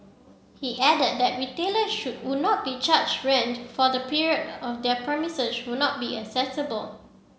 he added that retailer should would not be charged rent for the period of their premises would not been accessible